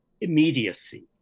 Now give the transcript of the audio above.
immediacy